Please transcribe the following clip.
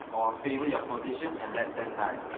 or favor your position and let them die,